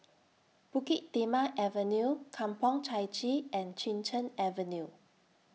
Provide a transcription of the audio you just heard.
Bukit Timah Avenue Kampong Chai Chee and Chin Cheng Avenue